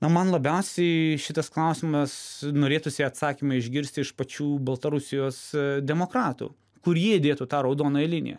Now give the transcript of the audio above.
na man labiausiai šitas klausimas norėtųsi atsakymą išgirsti iš pačių baltarusijos demokratų kurie dėtų tą raudonąją liniją